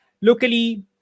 Locally